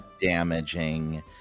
damaging